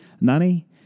Nanny